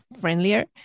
friendlier